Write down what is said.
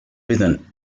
reason